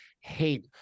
hate